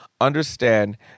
understand